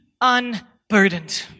unburdened